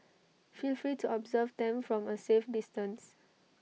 feel free to observe them from A safe distance